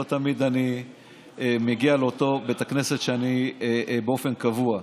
לא תמיד אני מגיע לאותו בית הכנסת באופן קבוע,